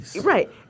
right